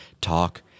Talk